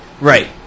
Right